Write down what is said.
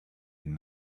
and